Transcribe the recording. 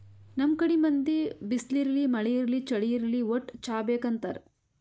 ನಮ್ ಕಡಿ ಮಂದಿ ಬಿಸ್ಲ್ ಇರ್ಲಿ ಮಳಿ ಇರ್ಲಿ ಚಳಿ ಇರ್ಲಿ ವಟ್ಟ್ ಚಾ ಬೇಕ್ ಅಂತಾರ್